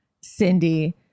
Cindy